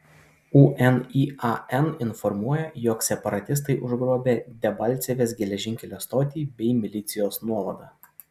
unian informuoja jog separatistai užgrobė debalcevės geležinkelio stotį bei milicijos nuovadą